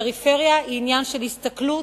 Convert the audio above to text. פריפריה היא עניין של הסתכלות,